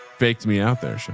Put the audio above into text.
baked me out there.